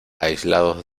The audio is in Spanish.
aislados